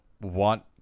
want